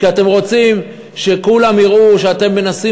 כי אתם רוצים שכולם יראו שאתם מנסים